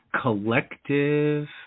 collective